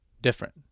different